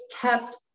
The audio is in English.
kept